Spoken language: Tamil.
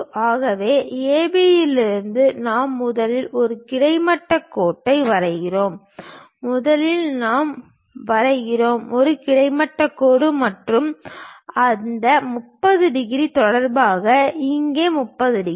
ஆகவே AB யிலிருந்து நாம் முதலில் ஒரு கிடைமட்ட கோட்டை வரைகிறோம் முதலில் நாம் வரைகிறோம் ஒரு கிடைமட்ட கோடு மற்றும் அந்த 30 டிகிரி தொடர்பாக இங்கே 30 டிகிரி